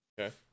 Okay